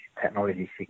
technology